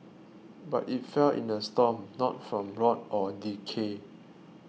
but it fell in a storm not from rot or decay